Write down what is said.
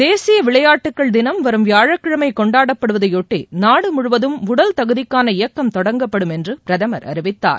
தேசிய விளையாட்டுகள் தினம் வரும் வியாழக்கிழமை கொண்டாடப்படுவதையொட்டி நாடு முழுவதும் உடல் தகுதிக்கான இயக்கம் தொடங்கப்படும் என்று பிரதமர் அறிவித்தார்